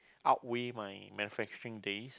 outweigh my days